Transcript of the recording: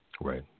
Right